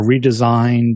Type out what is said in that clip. redesigned